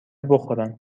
بخورن